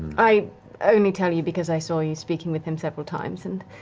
i only tell you because i saw you speaking with him several times and